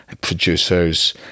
producers